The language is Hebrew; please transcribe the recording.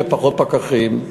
ופחות פקחים.